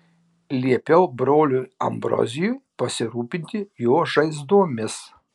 liepiau broliui ambrozijui pasirūpinti jo žaizdomis